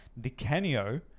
Dicanio